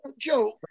Joe